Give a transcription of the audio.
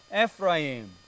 Ephraim